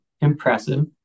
impressive